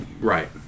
Right